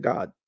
God